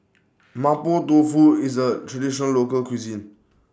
Mapo Tofu IS A Traditional Local Cuisine